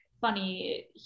funny